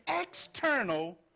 external